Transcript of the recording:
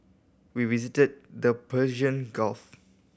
we visited the Persian Gulf